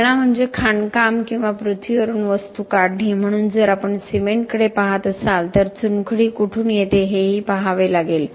पाळणा म्हणजे खाणकाम किंवा पृथ्वीवरून वस्तू काढणे म्हणून जर आपण सिमेंटकडे पाहत असाल तर चुनखडी कुठून येते हे पहावे लागेल